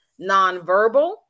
nonverbal